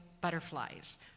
butterflies